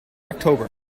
october